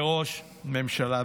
כראש ממשלה.